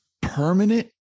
permanent